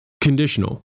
Conditional